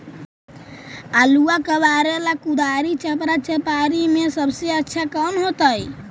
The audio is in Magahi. आलुआ कबारेला कुदारी, चपरा, चपारी में से सबसे अच्छा कौन होतई?